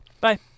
Bye